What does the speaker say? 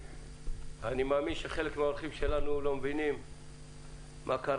אני מאמין שחלק מהאורחים שלנו לא מבינים למה אנחנו